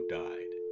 died